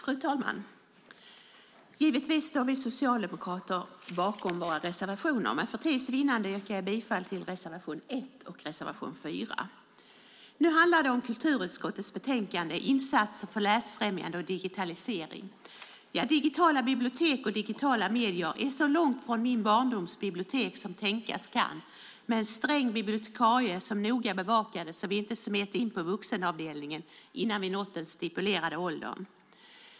Fru talman! Givetvis står vi socialdemokrater bakom våra reservationer, men för att vinna tid yrkar jag bifall till reservation 1 och 6. Nu handlar det om kulturutskottets betänkande Insatser för läsfrämjande och digitalisering . Digitala bibliotek och digitala medier är så långt från min barndoms bibliotek, med en sträng bibliotekarie som noga bevakade så att vi inte smet in på vuxenavdelningen innan vi nått den stipulerade åldern, som tänkas kan.